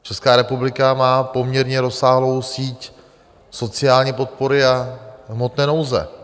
Česká republika má poměrně rozsáhlou síť sociální podpory a hmotné nouze.